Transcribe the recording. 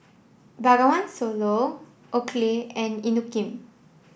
Bengawan Solo Oakley and Inokim